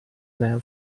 man